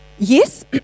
Yes